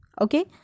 okay